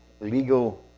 legal